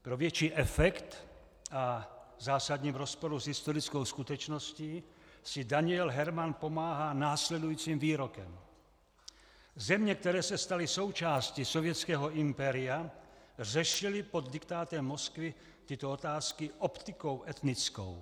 Pro větší efekt a v zásadním rozporu s historickou skutečností si Daniel Herman pomáhá následujícím výrokem: Země, které se staly součástí sovětského impéria, řešily pod diktátem Moskvy tyto otázky optikou etnickou.